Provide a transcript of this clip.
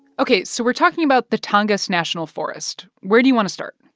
ok. so we're talking about the tongass national forest. where do you want to start?